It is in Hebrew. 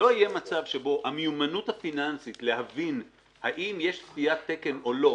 שבו המיומנות הפיננסית להבין אם יש סטיית תקן או לא,